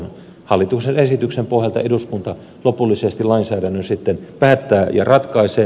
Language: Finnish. hallituksen esityksen pohjalta eduskunta lopullisesti lainsäädännön päättää ja ratkaisee